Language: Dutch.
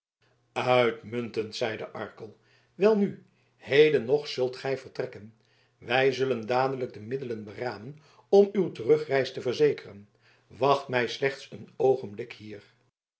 uitmuntend zeide arkel welnu heden nog zult gij vertrekken wij zullen dadelijk de middelen beramen om uw terugreis te verzekeren wacht mij slechts een oogenblik hier